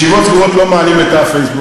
ישיבות סגורות לא מעלים לפייסבוק.